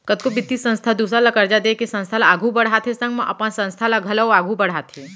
कतको बित्तीय संस्था दूसर ल करजा देके संस्था ल आघु बड़हाथे संग म अपन संस्था ल घलौ आघु बड़हाथे